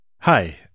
Hi